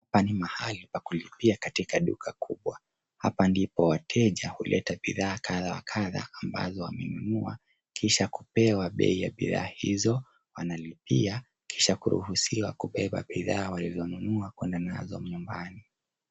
Hapa ni mahali pa kilipia katika duka kubwa, hapa ndipo wateja huleta bidhaa kadha wa kadha ambazo wamenunua kisha kupewa bei ya bidhaa hizo wanalipia kisha kuruhusiwa kubeba bidhaa walivyonunua kuenda nazo nyumbani.